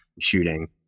shooting